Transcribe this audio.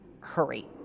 Hurry